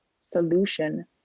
solution